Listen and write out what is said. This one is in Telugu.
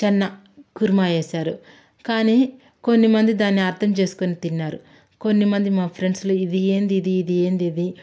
చెన్న కుర్మా వేసారు కాని కొన్ని మంది దాన్ని అర్థం చేసుకొని తిన్నారు కొన్ని మంది మా ఫ్రెండ్స్లో ఇది ఏంది ఇది ఇది ఏంది ఇది అని